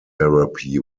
therapy